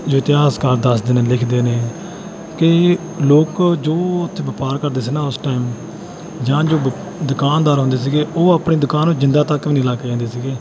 ਜੋ ਇਤਿਹਾਸਕਾਰ ਦੱਸਦੇ ਨੇ ਲਿਖਦੇ ਨੇ ਕਿ ਲੋਕ ਜੋ ਉੱਥੇ ਵਪਾਰ ਕਰਦੇ ਸੀ ਨਾ ਉਸ ਟਾਈਮ ਜਾਂ ਜੋ ਦੁ ਦੁਕਾਨਦਾਰ ਆਉਂਦੇ ਸੀਗੇ ਉਹ ਆਪਣੀ ਦੁਕਾਨ ਨੂੰ ਜਿੰਦਾ ਤੱਕ ਵੀ ਨਹੀਂ ਲਾ ਕੇ ਜਾਂਦੇ ਸੀਗੇ